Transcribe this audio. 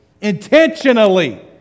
Intentionally